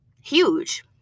huge